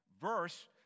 verse